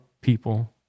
people